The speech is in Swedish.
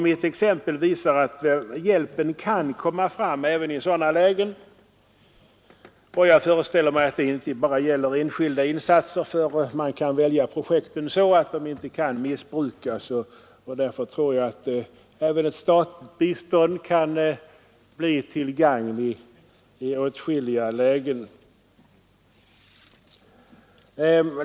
Mitt exempel visar att hjälpen kan komma fram även i sådana lägen, och jag föreställer mig att det inte bara gäller enskilda insatser. Det finns även projekt för det statliga biståndet vilka inte kan missbrukas. Därför tror jag att vissa statliga biståndsinsatser kan bli till gagn i dylika länder.